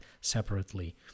separately